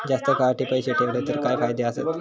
जास्त काळासाठी पैसे ठेवले तर काय फायदे आसत?